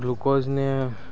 ગ્લુકોઝને